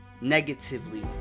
negatively